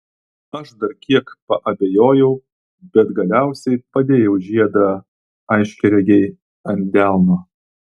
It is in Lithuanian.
aš dar kiek paabejojau bet galiausiai padėjau žiedą aiškiaregei ant delno